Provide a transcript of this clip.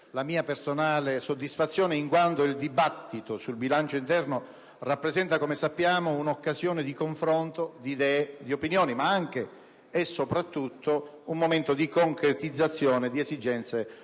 la mia personale soddisfazione, in quanto il dibattito sul bilancio interno rappresenta, come sappiamo, un'occasione di confronto di idee, di opinioni, ma anche e soprattutto un momento di concretizzazione di esigenze operative,